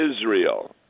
Israel